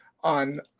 on